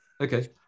Okay